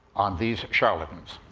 on these charlatans.